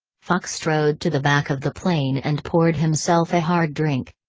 fache strode to the back of the plane and poured himself a hard drink.